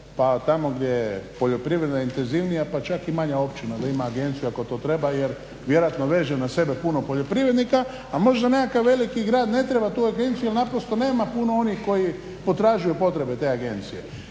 pa tamo gdje je poljoprivreda intenzivnija pa čak i manja općina da ima agenciju ako to treba jer vjerojatno veže na sebe puno poljoprivrednika. A možda nekakav veliki grad ne treba tu agenciju, jer naprosto nema puno onih koji potražuju potrebe te agencije.